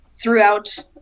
throughout